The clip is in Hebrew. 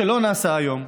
שלא נעשה היום.